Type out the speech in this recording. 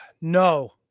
No